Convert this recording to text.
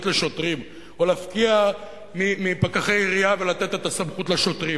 לשוטרים או להפקיע מפקחי העירייה ולתת את הסמכות לשוטרים.